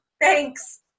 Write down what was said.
Thanks